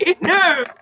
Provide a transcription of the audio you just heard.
No